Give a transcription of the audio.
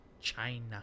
China